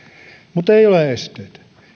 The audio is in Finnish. mutta ei ole esteitä